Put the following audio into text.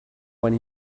when